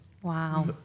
Wow